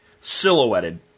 silhouetted